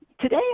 Today